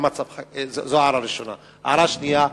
הערה שנייה,